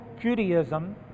Judaism